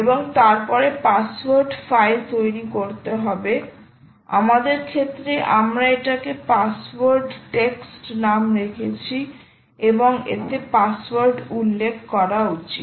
এবং তারপর password file তৈরি করতে হবে আমাদের ক্ষেত্রে আমরা এটাকে পাসওয়ার্ড টেক্সট passwordText নাম রেখেছি এবং এতে পাসওয়ার্ড উল্লেখ করা উচিত